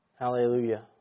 Hallelujah